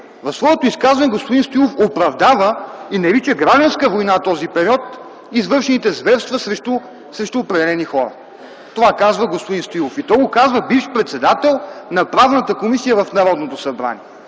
в своето изказване господин Стоилов оправдава и нарича гражданска война периода на извършени зверства срещу определени хора. Това казва господин Стоилов, и то бивш председател на Правната комисия в Народното събрание.